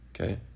Okay